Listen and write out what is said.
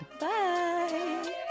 bye